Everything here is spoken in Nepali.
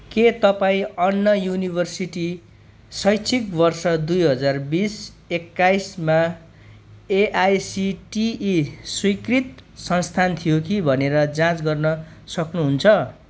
के तपाईँ अन्ना युनिभर्सिटी शैक्षिक वर्ष दुई हजार बिस एक्काइसमा एआइसिटिई स्वीकृत संस्थान थियो कि भनेर जाँच गर्न सक्नुहुन्छ